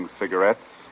cigarettes